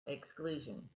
exclusion